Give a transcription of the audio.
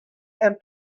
and